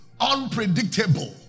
unpredictable